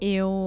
eu